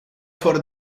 for